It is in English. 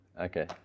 Okay